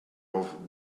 off